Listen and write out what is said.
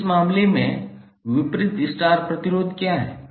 तो इस मामले में विपरीत स्टार प्रतिरोध क्या है